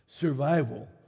survival